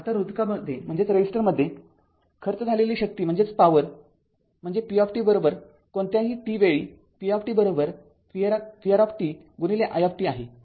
आता रोधकामध्ये खर्च झालेली शक्ती म्हणजे p t कोणत्याही t वेळी p t vR t i t आहे